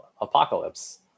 Apocalypse